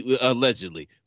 Allegedly